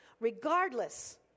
regardless